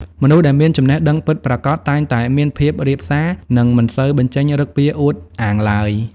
មនុស្សដែលមានចំណេះដឹងពិតប្រាកដ តែងតែមានភាពរាបសារ និងមិនសូវបញ្ចេញឫកពាអួតអាងឡើយ។